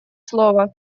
слово